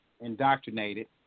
indoctrinated